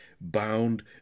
bound